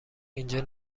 اینجا